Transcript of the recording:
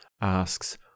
asks